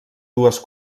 dues